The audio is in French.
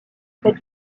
près